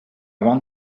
want